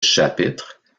chapitres